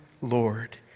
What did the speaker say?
Lord